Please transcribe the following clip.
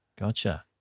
gotcha